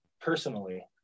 personally